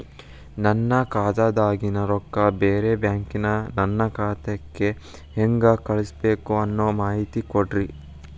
ನನ್ನ ಖಾತಾದಾಗಿನ ರೊಕ್ಕ ಬ್ಯಾರೆ ಬ್ಯಾಂಕಿನ ನನ್ನ ಖಾತೆಕ್ಕ ಹೆಂಗ್ ಕಳಸಬೇಕು ಅನ್ನೋ ಮಾಹಿತಿ ಕೊಡ್ರಿ?